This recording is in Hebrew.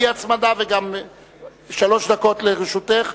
שלוש דקות לרשותך.